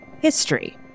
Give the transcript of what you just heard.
history